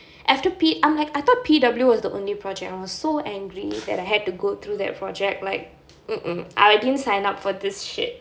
after P I'm like I thought P_M was the only project I was so angry that I had to go through that project like mm mm I didn't sign up for this shit